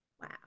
Wow